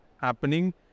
happening